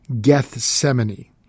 Gethsemane